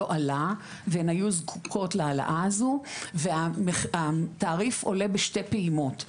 לא עלה והן היו זקוקות להעלאה הזו והתעריף עולה בשתי פעימות,